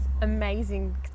amazing